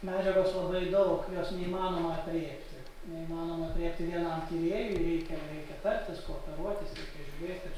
medžiagos labai daug jos neįmanoma aprėpti neįmanoma aprėpti vienam tyrėjui reikia reikia tartis koperuotis reikia žiūrėti